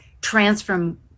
transform